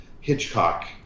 Hitchcock